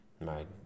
right